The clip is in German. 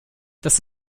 das